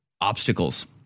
obstacles